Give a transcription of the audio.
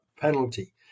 penalty